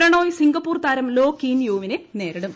Prannoy Singapore താരം Loh Kean യൂവിനെ നേരിടും